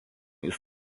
jis